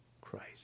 Christ